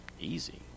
easy